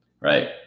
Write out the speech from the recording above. Right